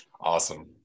Awesome